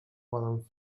poden